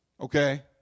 Okay